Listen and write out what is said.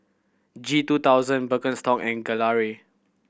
G two thousand Birkenstock and Gelare